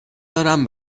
دارم